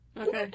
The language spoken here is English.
Okay